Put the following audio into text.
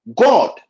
God